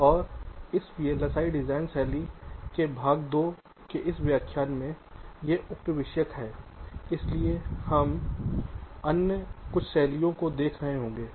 और इस VLSI design शैली के भाग दो में इस व्याख्यान में इस उप विषयक इसलिए हम कुछ अन्य डिजाइन शैलियों को देख रहे होंगे